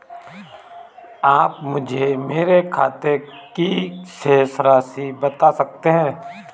आप मुझे मेरे खाते की शेष राशि बता सकते हैं?